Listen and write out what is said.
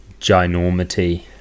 ginormity